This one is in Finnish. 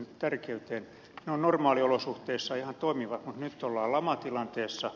ne ovat normaaliolosuhteissa ihan toimivat mutta nyt ollaan lamatilanteessa